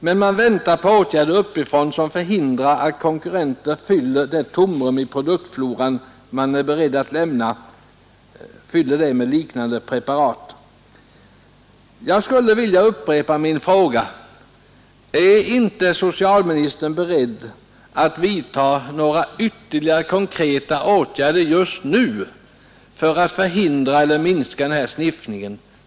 Men man väntar på åtgärder uppifrån som förhindrar att konkurrenter fyller det tomrum i produktfloran man är beredd att lämna med liknande preparat. Jag skulle vilja upprepa min fråga: Är inte socialministern beredd att vidta ytterligare konkreta åtgärder just nu för att minska eller förhindra sniffning?